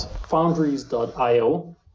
Foundries.io